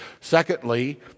secondly